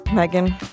Megan